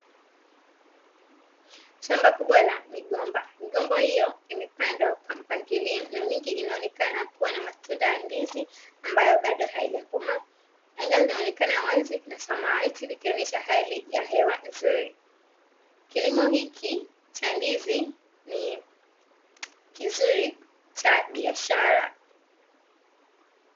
Shamba kubwa la migomba. Migomba hiyo imepandwa kwa mpangilio na mingi inaonekana kuwa na matunda ya ndizi ambayo bado hayajakomaa, anga linaonekana wazi na samawati likionyesha hali ya hewa nzuri. Kilimo hiki cha ndizi ni kizuri cha biashara.